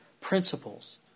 principles